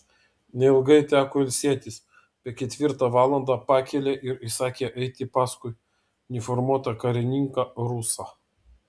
neilgai teko ilsėtis apie ketvirtą valandą pakėlė ir įsakė eiti paskui uniformuotą karininką rusą